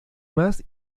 más